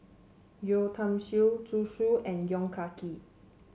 Yeo Tiam Siew Zhu Xu and Yong Ah Kee